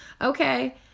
okay